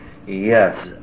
Yes